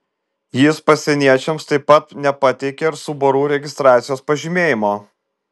jis pasieniečiams taip pat nepateikė ir subaru registracijos pažymėjimo